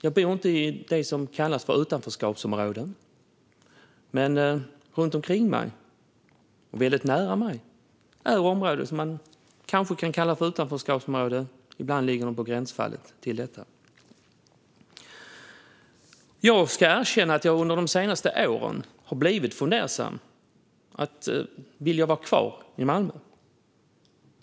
Jag bor inte i det som kallas utanförskapsområden, men runt omkring mig, väldigt nära mig, finns områden som man kanske kan kalla för utanförskapsområden. Ibland är de ett gränsfall. Jag ska erkänna att jag under de senaste åren har blivit fundersam. Vill jag vara kvar i Malmö?